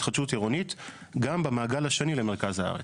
התחדשות עירונית גם במעגל השני למרכז הארץ.